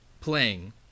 playing